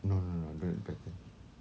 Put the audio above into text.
no no no I don't like the pattern